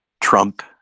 Trump